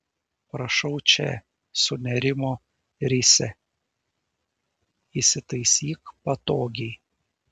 prašau čia sunerimo risia įsitaisyk patogiai